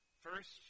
First